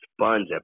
sponge